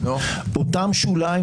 אותם שוליים,